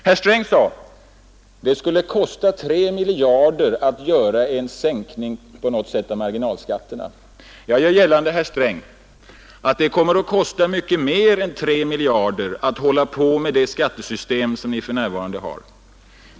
Herr Sträng sade att det skulle kosta 3 miljarder att på något sätt sänka marginalskatterna. Jag menar, herr Sträng, att det kommer att kosta mycket mer än 3 miljarder att hålla på med det skattesystem som vi för närvarande har.